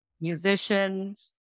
musicians